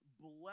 bless